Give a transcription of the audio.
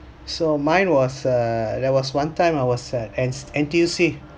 so mine was err there was one time I was at as N_T_U_C